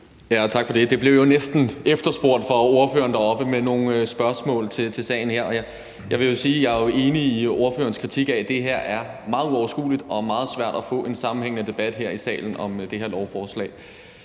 Tak for det. Det blev jo næsten efterspurgt af ordføreren deroppe med nogle spørgsmål til sagen her. Jeg vil sige, at jeg jo er enig i ordførerens kritik af, at det her er meget uoverskueligt, og at det er meget svært at få en sammenhængende debat her i salen om det her lovforslag.